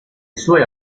sue